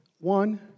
One